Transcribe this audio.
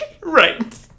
Right